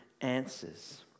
answers